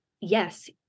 Yes